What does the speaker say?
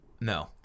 No